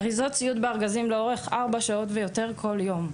אריזות ציוד בארגזים לאורך ארבע שעות ויותר בכל יום.